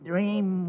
Dream